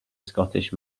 scottish